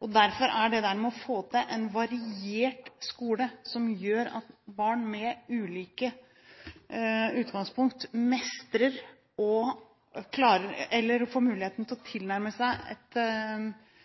Derfor er det med å få til en variert skole som gjør at barn med ulike utgangspunkt får muligheten til å tilnærme seg